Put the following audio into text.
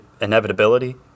inevitability